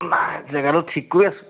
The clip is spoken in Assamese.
নাই জেগাটো ঠিক কৰি আছে